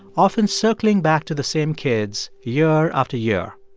often circling back to the same kids year after year.